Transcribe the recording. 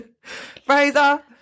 Fraser